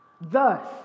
Thus